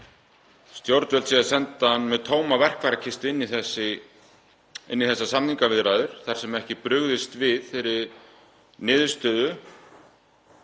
stjórnvöld séu að senda hann með tóma verkfærakistu inn í þessar samningaviðræður þar sem ekki er brugðist við þeirri niðurstöðu